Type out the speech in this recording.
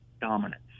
dominance